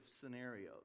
scenarios